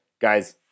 guys